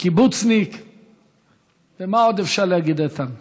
חוק ומשפט להמשך הכנתה לקריאה ראשונה.